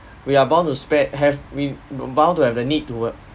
we are bound to spe~ have we we're bound to have the need to work